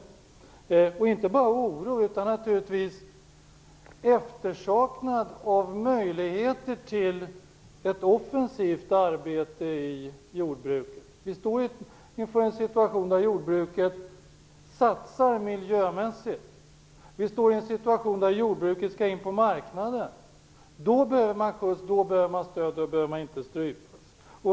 Det gäller inte bara oron utan också avsaknaden av möjligheter till ett offensivt arbete i jordbruket. Vi står inför en situation då jordbruket satsar miljömässigt. Vi står inför en situation då jordbruket skall in på marknaden. Då behöver man skjuts. Då behöver man stöd. Då behöver man inte strypas.